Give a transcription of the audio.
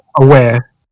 aware